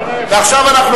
וסעיף 25,